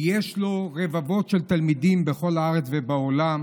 ויש לו רבבות של תלמידים בכל הארץ ובעולם